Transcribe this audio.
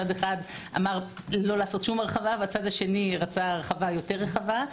צד אחד אמר לא לעשות שום הרחבה והצד השני רצה הרחבה יותר רחבה.